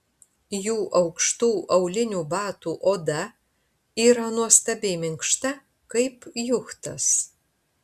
jų aukštų aulinių batų oda yra nuostabiai minkšta kaip juchtas